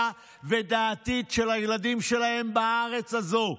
ואת העתיד של הילדים שלהם בארץ הזו.